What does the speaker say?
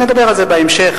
נדבר על זה בהמשך,